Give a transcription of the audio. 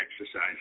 exercise